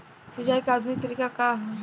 सिंचाई क आधुनिक तरीका का ह?